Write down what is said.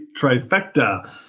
trifecta